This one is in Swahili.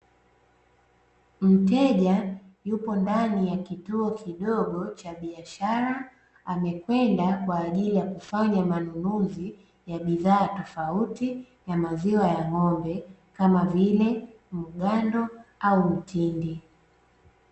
Mteja yupo ndani ya kituo kidogo cha biashara amekwenda kwa ajili ya kufanya manunuzi ya bidhaa tofauti ya maziwa ya ng'ombe kama vile mgando au mtindi.